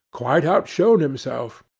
quite outshone himself.